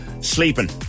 sleeping